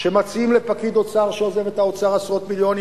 כשמציעים לפקיד אוצר שעוזב את האוצר עשרות מיליונים,